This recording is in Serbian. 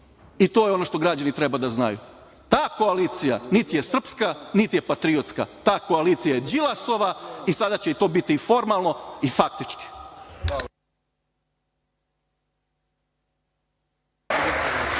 To je ono što građani treba da znaju. Ta koalicija niti je srpska niti je patriotska, ta koalicija je Đilasova i sada će to biti i formalno i faktički.